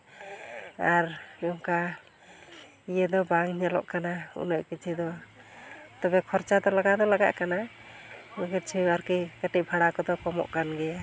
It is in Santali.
ᱟᱨ ᱱᱚᱝᱠᱟ ᱤᱭᱟᱹ ᱫᱚ ᱵᱟᱝ ᱧᱮᱞᱚᱜ ᱠᱟᱱᱟ ᱩᱱᱟᱹᱜ ᱠᱤᱪᱷᱩ ᱫᱚ ᱛᱚᱵᱮ ᱠᱷᱚᱨᱪᱟ ᱫᱚ ᱞᱟᱜᱟᱣ ᱫᱚ ᱞᱟᱜᱟᱜ ᱠᱟᱱᱟ ᱵᱩᱡᱷᱟᱹᱣ ᱟᱨᱠᱤ ᱠᱟᱹᱴᱤᱡ ᱵᱷᱟᱲᱟ ᱠᱚᱫᱚ ᱠᱚᱢᱚᱜ ᱠᱟᱱ ᱜᱮᱭᱟ